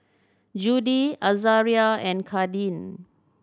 Judie Azaria and Kadin